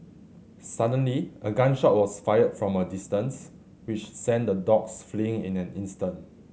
suddenly a gun shot was fired from a distance which sent the dogs fleeing in an instant